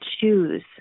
choose